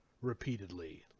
repeatedly